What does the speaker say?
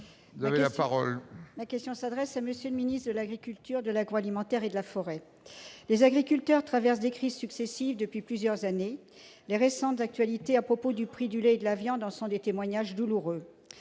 Ma question s'adresse à M. le ministre de l'agriculture, de l'agroalimentaire et de la forêt, porte-parole du Gouvernement. Les agriculteurs traversent des crises successives depuis plusieurs années. Les récentes évolutions du prix du lait et de la viande en sont des témoignages douloureux.